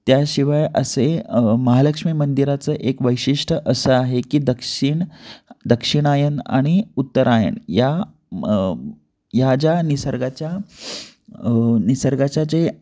त्याशिवाय असे महालक्ष्मी मंदिराचं एक वैशिष्ट असं आहे की दक्षिण दक्षिणायन आणि उत्तरायण या या ज्या निसर्गाच्या निसर्गाच्या जे